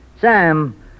Sam